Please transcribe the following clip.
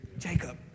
Jacob